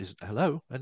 Hello